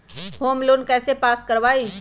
Home loan कैसे pass कर बाबई?